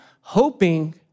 hoping